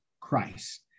Christ